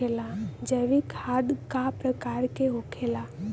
जैविक खाद का प्रकार के होखे ला?